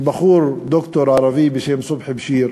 של בחור, דוקטור ערבי בשם סובחי באשיר.